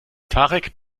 tarek